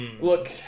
look